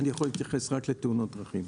אני יכול להתייחס רק לתאונות דרכים.